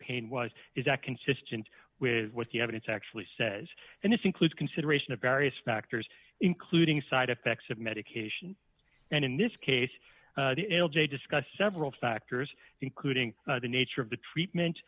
pain was is that consistent with what the evidence actually says and this includes consideration of various factors including side effects of medication and in this case l j discussed several factors including the nature of the treatment